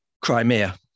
Crimea